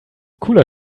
cooler